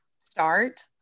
start